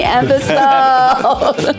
episode